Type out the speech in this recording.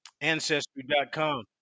ancestry.com